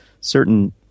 certain